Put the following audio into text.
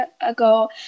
ago